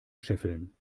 scheffeln